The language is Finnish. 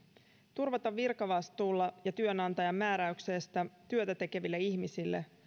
turvata virkavastuulla ja työnantajan määräyksestä työtä tekeville ihmisille